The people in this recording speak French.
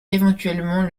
éventuellement